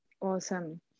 Awesome